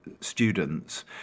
students